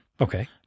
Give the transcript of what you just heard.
Okay